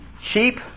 cheap